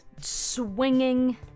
swinging